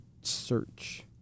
search